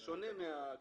זה שונה מאשר הקשישים.